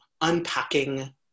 unpacking